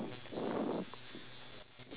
uh what's a good thing